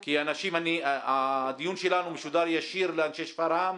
כי הדיון שלנו משודר ישיר לאנשי שפרעם,